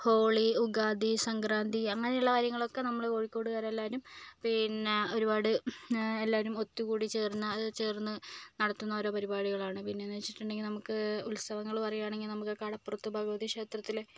holy Ugadi Sankranti അങ്ങനെയുള്ള കാര്യങ്ങളൊക്കെ നമ്മള് കോഴിക്കോടുകാരെല്ലാവരും പിന്നെ ഒരുപാട് എല്ലാവരും ഒത്തുകൂടി ചേർന്ന് അത് ചേർന്ന് നടത്തുന്ന ഓരോ പരിപാടികളാണ് പിന്നേന്ന് വെച്ചിട്ടുണ്ടെങ്കിൽ നമുക്ക് ഉത്സവങ്ങള് പറയുകയാണെങ്കിൽ നമുക്ക് കടപ്പുറത്ത് ഭഗവതീക്ഷേത്രത്തില്